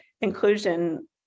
inclusion